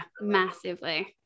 massively